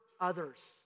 others